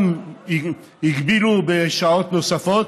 גם הגבילו בשעות נוספות.